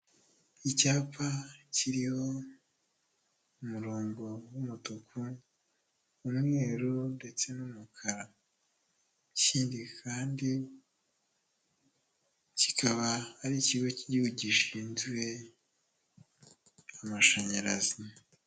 Icyapa kiriho umurongo w'umutuku n'umweru ndetse n'umukara. Ikindi kandi, kikaba ari Ikigo cy'Igihugu gishinzwe Amashanyarazi.